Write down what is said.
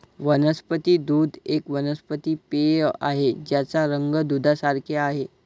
वनस्पती दूध एक वनस्पती पेय आहे ज्याचा रंग दुधासारखे आहे